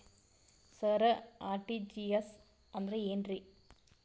ಸರ RTGS ಅಂದ್ರ ಏನ್ರೀ?